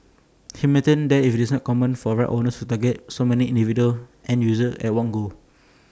he maintained that IT is not common for rights owners to target so many individual end users at one go